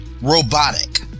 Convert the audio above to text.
robotic